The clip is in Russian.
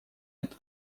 это